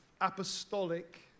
apostolic